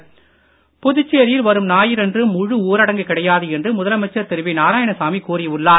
நாராயணசாமி புதுச்சேரியில் வரும் ஞாயிறன்று முழு ஊரடங்கு கிடையாது என்று முதலமைச்சர் திரு வி நாராயணசாமி கூறி உள்ளார்